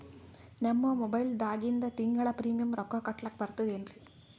ನಮ್ಮ ಮೊಬೈಲದಾಗಿಂದ ತಿಂಗಳ ಪ್ರೀಮಿಯಂ ರೊಕ್ಕ ಕಟ್ಲಕ್ಕ ಬರ್ತದೇನ್ರಿ?